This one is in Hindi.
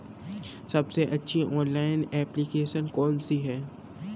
सबसे अच्छी ऑनलाइन एप्लीकेशन कौन सी है?